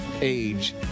age